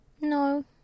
No